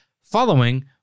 following